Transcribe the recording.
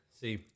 see